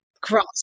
cross